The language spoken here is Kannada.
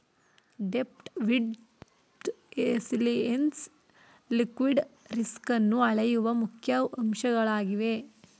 ಡೆಪ್ತ್, ವಿಡ್ತ್, ರೆಸಿಲೆಎನ್ಸ್ ಲಿಕ್ವಿಡಿ ರಿಸ್ಕನ್ನು ಅಳೆಯುವ ಮುಖ್ಯ ಅಂಶಗಳಾಗಿವೆ